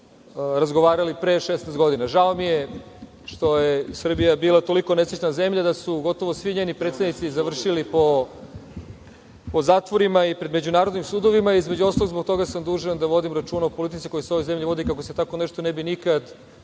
razgovarali pre 16 godina. Žao mi je što je Srbija bila toliko nesrećna zemlja da su gotovo svi njeni predsednici završili po zatvorima i pred međunarodnim sudovima. Između ostalog, zbog toga sam i dužan da vodim računa o politici koja se u ovoj zemlji vodi, kako se tako nešto ne bi nikad